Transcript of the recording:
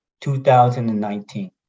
2019